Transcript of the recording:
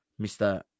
Mr